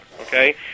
okay